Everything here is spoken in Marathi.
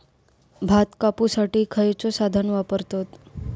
भात कापुसाठी खैयचो साधन वापरतत?